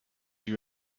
you